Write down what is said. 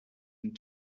and